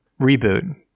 reboot